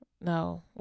no